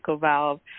valve